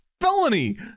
felony